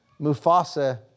Mufasa